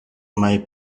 may